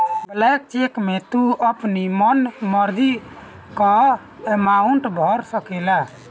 blank cheque में तू अपनी मन मर्जी कअ अमाउंट भर सकेला